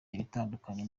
ibitandukanye